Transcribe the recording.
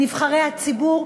נבחרי הציבור,